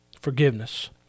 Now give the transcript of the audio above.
Forgiveness